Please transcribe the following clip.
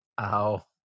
Ow